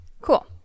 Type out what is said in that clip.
Cool